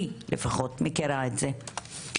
אני לפחות מכירה את זה,